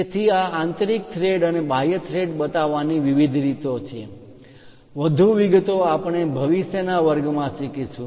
તેથી આ આંતરિક થ્રેડ અને બાહ્ય થ્રેડ બતાવવાની વિવિધ રીતો છે વધુ વિગતો આપણે ભવિષ્યના વર્ગોમાં શીખીશું